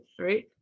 right